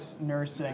nursing